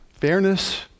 fairness